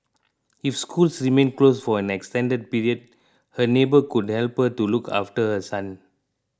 if schools remain closed for an extended period her neighbour could help her to look after her son